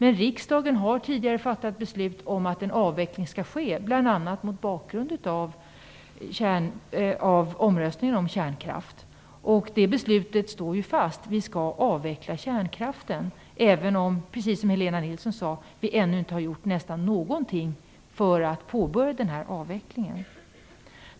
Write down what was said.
Men riksdagen har tidigare fattat beslut om att en avveckling skall ske, bl.a. mot bakgrund av omröstningen om kärnkraft. Det beslutet står fast. Vi skall avveckla kärnkraften, även om vi precis som Helena Nilsson sade ännu nästan inte har gjort någonting för att påbörja avvecklingen.